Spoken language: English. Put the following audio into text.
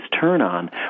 turn-on